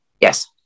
yes